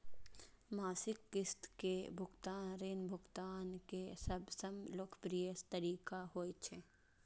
मासिक किस्त के भुगतान ऋण भुगतान के सबसं लोकप्रिय तरीका होइ छै